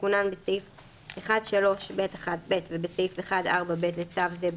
כתיקונן בסעיף 1(3)(ב)(1)(ב) ובסעיף 1(4)(ב) לצו זה,